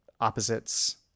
opposites